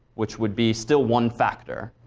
which would be still one factor.